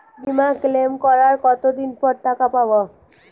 বিমা ক্লেম করার কতদিন পর টাকা পাব?